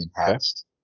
enhanced